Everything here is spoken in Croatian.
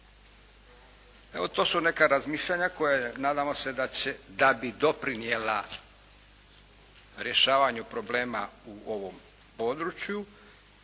Evo to su neka razmišljanja koje nadamo se da bi doprinijela rješavanju problema u ovom području,